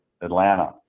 Atlanta